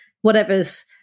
whatever's